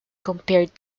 compared